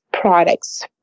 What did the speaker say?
products